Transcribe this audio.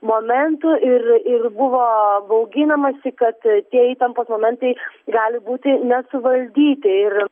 momentų ir ir buvo bauginamasi kad tie įtampos momentai gali būti nesuvaldyti ir